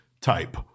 type